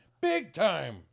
Big-time